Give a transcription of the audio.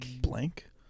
Blank